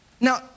Now